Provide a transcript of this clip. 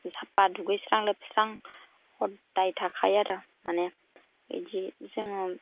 साफफा दुगैस्रां लोबस्रां ह'दाय थाखायो आरो माने बिदि जोङो